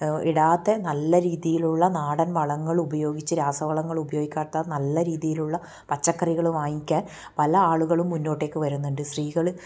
ഇടാത്ത നല്ല രീതിയിലുള്ള നാടൻ വളങ്ങൾ ഉപയോഗിച്ച് രാസവളങ്ങൾ ഉപയോഗിക്കാത്ത നല്ല രീതിയിലുള്ള പച്ചക്കറികൾ വാങ്ങിക്കാൻ പല ആളുകളും മുന്നോട്ടേക്ക് വരുന്നുണ്ട് സ്ത്രീകൾ